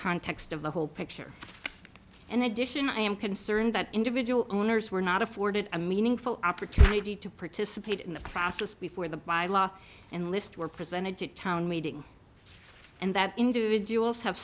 context of the whole picture and addition i am concerned that individual owners were not afforded a meaningful opportunity to participate in the process before the by law and list were presented to town meeting and that individuals have